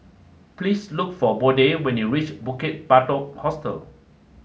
please look for Bode when you reach Bukit Batok Hostel